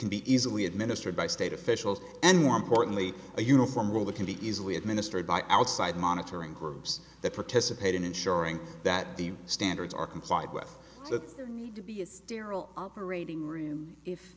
can be easily administered by state officials and more importantly a uniform rule that can be easily administered by outside monitoring groups that participate in ensuring that the standards are complied with that need to be a sterile operating room if